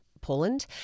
Poland